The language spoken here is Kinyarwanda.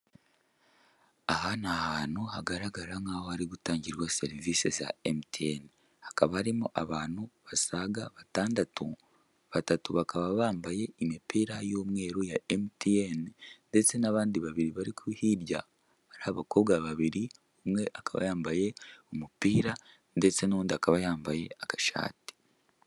Aha ni ahantu hagaragara nk'aho hari gutangirwa serivisi za MTN, hakaba harimo abantu basaga batandatu, batatu bakaba bambaye imipira y'umweru ya MTN, ndetse n'abandi babiri bari ku hirya, hari abakobwa babiri umwe akaba yambaye umupira ndetse n'undi akaba yambaye agashati.